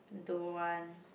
don't want